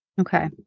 Okay